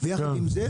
ויחד עם זאת,